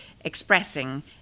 expressing